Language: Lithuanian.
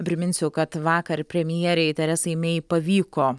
priminsiu kad vakar premjerei teresai mei pavyko